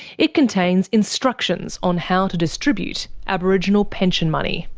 it contains instructions on how to distribute aboriginal pension money.